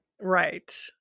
Right